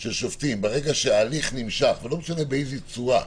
של שופטים ברגע שההליך נמשך, ולא משנה באיזו צורה,